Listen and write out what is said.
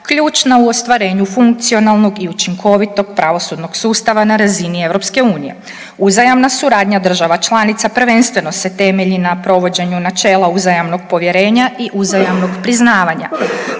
ključna u ostvarenju funkcionalnog i učinkovitog pravosudnog sustava na razini EU. Uzajamna suradnja država članica prvenstveno se temelji na provođenju načela uzajamnog povjerenja i uzajamnog priznavanja.